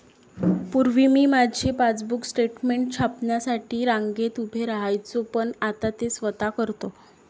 पूर्वी मी माझे पासबुक स्टेटमेंट छापण्यासाठी रांगेत उभे राहायचो पण आता ते स्वतः करतो